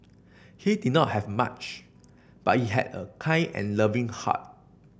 he did not have much but he had a kind and loving heart